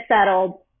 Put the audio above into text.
settled